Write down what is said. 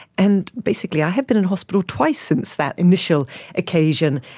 and basically i have been in hospital twice since that initial occasion,